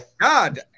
God